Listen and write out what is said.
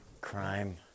crime